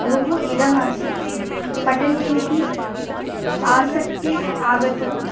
बहु इदम् आसीत् पठनीयम् इति आसक्तिः आगता